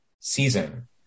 season